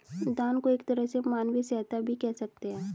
दान को एक तरह से मानवीय सहायता भी कह सकते हैं